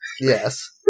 Yes